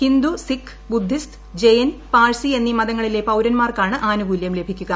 Hindu Sikh Buddhist Jain Parsi എന്നീ മതങ്ങളിലെ പൌരന്മാർക്കാണ് ആനുകൂല്യം ലഭിക്കുക